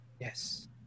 Yes